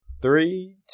Three